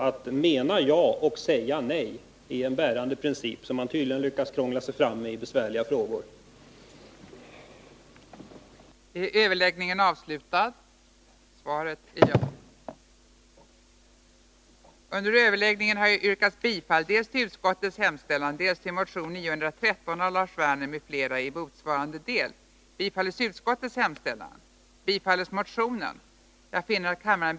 Att mena ja och säga nej är tydligen en bärande princip, som man lyckas krångla sig fram med när det gäller besvärliga frågor, Sture Korpås.